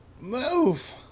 move